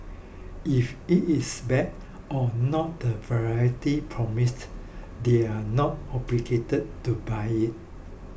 if it is bad or not the variety promised they are not obligated to buy it